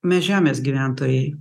mes žemės gyventojai